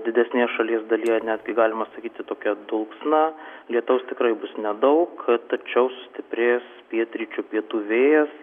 didesnės šalies dalyje netgi galima sakyti tokia dulksna lietaus tikrai bus nedaug tačiau sustiprės pietryčių pietų vėjas